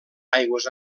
aigües